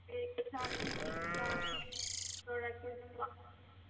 بیٚیہِ گَژھَن آسٕنۍ یِم باقٕے پرٛوڈکٹٕس